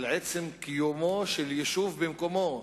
על עצם קיומו של יישוב במקומו,